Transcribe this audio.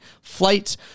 flights